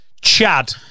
Chad